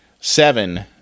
seven